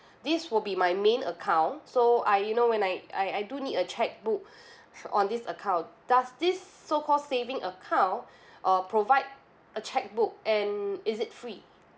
this will be my main account so I you know when I I do need a chequebook on this account does this so called saving account uh provide a chequebook and is it free